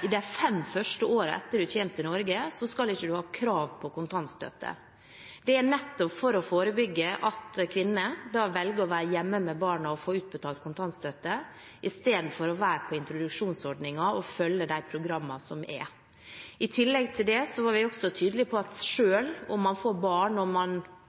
i de fem første årene etter at man kommer til Norge, ikke skal ha krav på kontantstøtte. Det er nettopp for å forebygge at kvinner velger å være hjemme med barna og få utbetalt kontantstøtte istedenfor å være med på introduksjonsordningen og følge de programmene som er. I tillegg var vi tydelige på at selv om man får barn og man